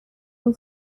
این